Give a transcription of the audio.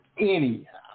Anyhow